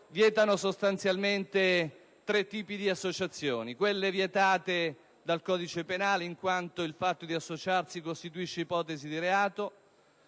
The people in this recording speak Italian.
vietano tre tipi di associazioni: quelle vietate dal codice penale in quanto il fatto di associarsi costituisce ipotesi di reato;